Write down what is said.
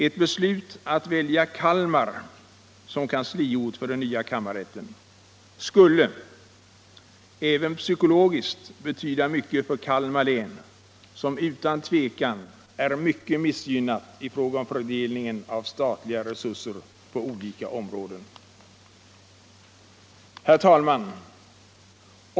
Ett beslut att välja Kalmar som kansliort för den nya kammarrätten skulle även psykologiskt betyda mycket för Kalmar län, som utan tvivel är missgynnat i fråga om fördelningen av statliga resurser på olika områden. Herr talman!